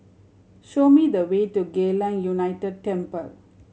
show me the way to Geylang United Temple